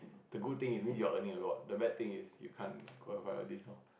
the good thing is means you are earning a lot the bad thing is you can't qualify this loh